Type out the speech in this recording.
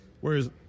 whereas